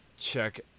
check